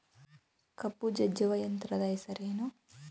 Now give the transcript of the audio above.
ಕಬ್ಬು ಜಜ್ಜುವ ಯಂತ್ರದ ಹೆಸರೇನು?